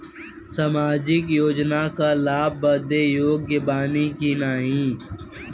सामाजिक योजना क लाभ बदे योग्य बानी की नाही?